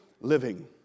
living